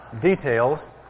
details